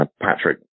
Patrick